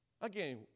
again